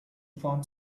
form